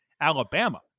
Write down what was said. Alabama